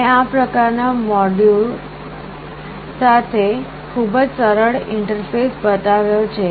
મેં આ પ્રકાર ના મોડ્યુલ સાથે ખૂબ જ સરળ ઇન્ટરફેસ બતાવ્યો છે